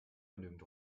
genügend